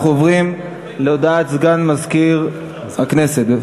אנחנו עוברים להודעת סגן מזכיר הכנסת.